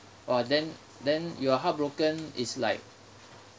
oh then then your heartbroken is like